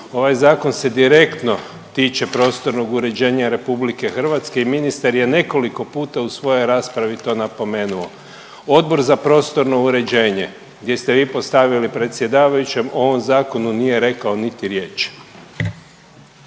Ovaj zakon se direktno tiče prostornog uređenja RH i ministar je nekoliko puta u svojoj raspravi to napomenuo, Odbor za prostorno uređenje gdje ste vi postavili predsjedavajućem, o ovom zakonu nije rekao niti riječi.